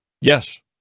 Yes